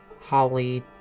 Holly